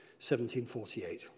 1748